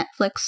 Netflix